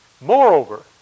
Moreover